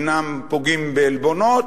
אינם פוגעים בעלבונות,